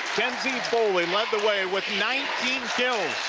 foley led the way with nineteen kills.